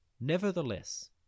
Nevertheless